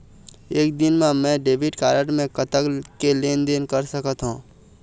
एक दिन मा मैं डेबिट कारड मे कतक के लेन देन कर सकत हो?